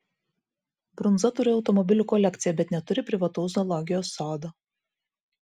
brunza turi automobilių kolekciją bet neturi privataus zoologijos sodo